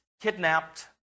kidnapped